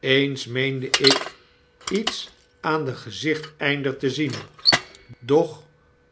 eens meende ik iets aan den gezichteinder te zien doch